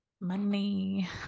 money